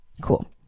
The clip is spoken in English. Cool